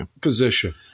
position